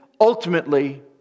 Ultimately